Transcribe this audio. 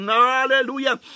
hallelujah